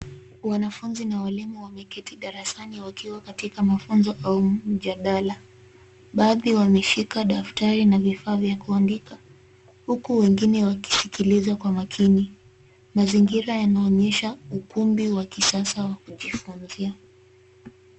Wanafunzi na walimu wameketi darasani wakiwa katika mafunzo au mjadala. Baadhi wameshika daftari na vifaa vya kuandika huku wengine wakisikiliza kwa makini. Mazingira yanaonyesha ukumbi wa kisasa wa kujifunzia.